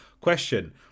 question